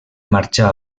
marxà